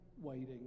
waiting